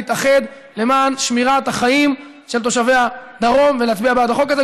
להתאחד למען שמירת החיים של תושבי הדרום ולהצביע בעד החוק הזה.